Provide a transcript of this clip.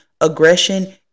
aggression